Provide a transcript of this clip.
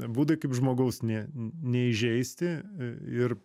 būdai kaip žmogaus nė neįžeisti ir